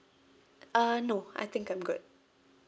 uh no I think I'm good